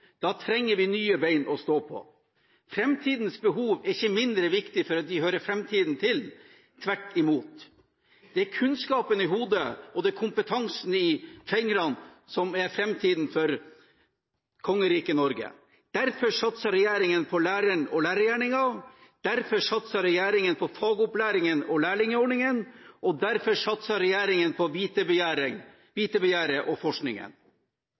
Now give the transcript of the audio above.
Da trenger vi nye ben å stå på. Framtidens behov er ikke mindre viktige fordi om de hører framtiden til – tvert imot! Det er kunnskapen i hodet, og det er kompetansen i fingrene som er framtiden for Kongeriket Norge. Derfor satser regjeringen på læreren og lærergjerningen, derfor satser regjeringen på fagopplæringen og lærlingordningen, og derfor satser regjeringen på vitebegjæret og forskningen.